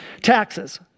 Taxes